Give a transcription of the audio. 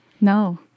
No